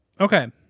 okay